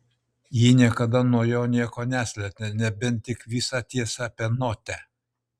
ji niekada nuo jo nieko neslėpė nebent tik visą tiesą apie notę